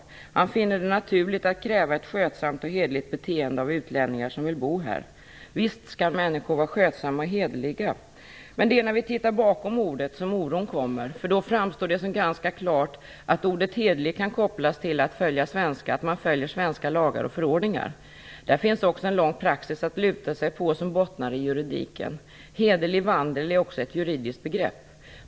Han finner det naturligt att kräva ett skötsamt och hederligt beteende av utlänningar som vill bo här. Visst skall människor vara skötsamma och hederliga. Det är när vi tittar bakom ordet som oron kommer. Då framstår det som ganska klart att ordet "hederlig" kan kopplas till att man följer svenska lagar och förordningar. Det finns också en lång praxis att luta sig emot som bottnar i juridiken. "Hederlig vandel" är också ett juridiskt begrepp.